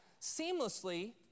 seamlessly